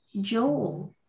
Joel